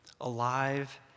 Alive